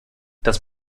das